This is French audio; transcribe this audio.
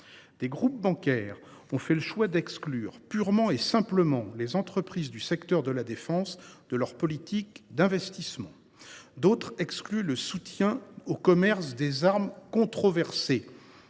Des groupes bancaires ont fait le choix d’exclure purement et simplement les entreprises du secteur de la défense de leur politique d’investissement. D’autres excluent le soutien au commerce des « armes controversées